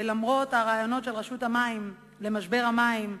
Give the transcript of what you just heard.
למרות הרעיונות של רשות המים לפתרון משבר המים,